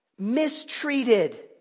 mistreated